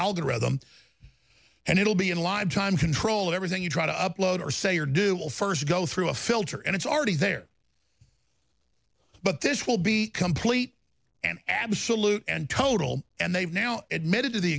algorithm and it'll be in live time control everything you try to upload or say or do will first go through a filter and it's already there but this will be complete and absolute and total and they've now admitted to the